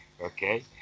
Okay